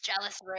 jealous